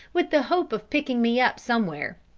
with the hope of picking me up somewhere.